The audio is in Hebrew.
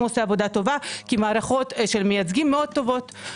עושה עבודה טובה כי המערכות של המייצגים מאוד טובות,